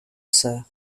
soeur